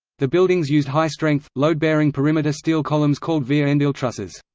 the buildings used high-strength, load-bearing perimeter steel columns called vierendeel trusses.